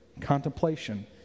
contemplation